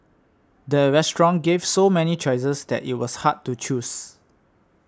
the restaurant gave so many choices that it was hard to choose